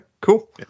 cool